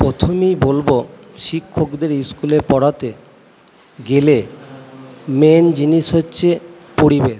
প্রথমেই বলবো শিক্ষকদের স্কুলে পড়াতে গেলে মেন জিনিস হচ্ছে পরিবেশ